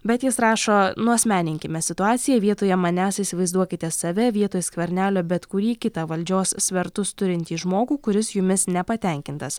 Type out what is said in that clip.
bet jis rašo nuasmeninkime situaciją vietoje manęs įsivaizduokite save vietoj skvernelio bet kurį kitą valdžios svertus turintį žmogų kuris jumis nepatenkintas